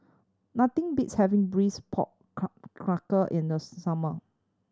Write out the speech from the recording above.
nothing beats having braise pork in the summer